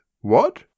What